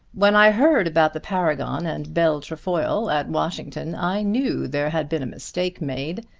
when i heard about the paragon and bell trefoil at washington, i knew there had been a mistake made.